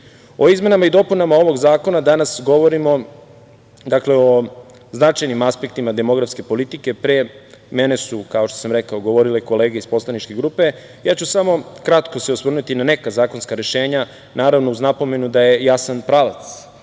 izmenama i dopunama ovog zakona danas govorimo o značajnim aspektima demografske politike. Pre mene su, kao što sam rekao, govorile kolege iz poslaničke grupe. Ja ću se samo kratko osvrnuti na neka zakonska rešenja, a uz napomenu da je jasan pravac